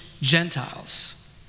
Gentiles